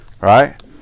right